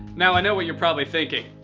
now i know what you're probably thinking.